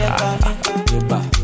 baby